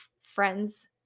friends